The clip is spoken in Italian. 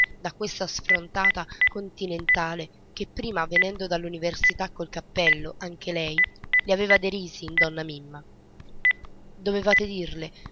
da questa sfrontata continentale che prima venendo dall'università col cappello anche lei li aveva derisi in donna mimma dovevate dirle